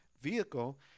vehicle